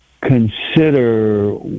consider